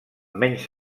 menys